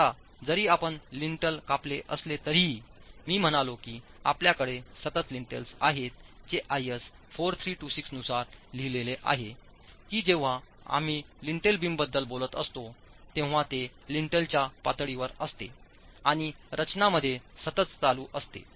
आता जरी आपण लिन्टल कापले असले तरीही मी म्हणालो की आपल्याकडे सतत लिंटेल्स आहेत जे आयएस 4326 नुसार लिहिलेले आहे की जेव्हा आम्ही लिंटेल बीमबद्दल बोलत असतो तेव्हा ते लिंटलच्या पातळीवर असते आणि रचनामध्ये सतत चालू असते